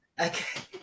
Okay